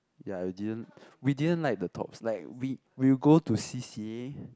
ya we didn't we didn't like the tops like we we will go to C_C_A